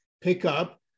pickup